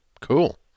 cool